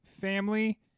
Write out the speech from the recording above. Family